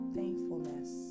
thankfulness